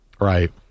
Right